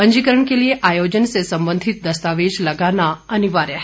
पंजीकरण के लिए आयोजन से संबंधित दस्तावेज लगाना अनिवार्य है